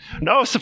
no